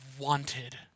wanted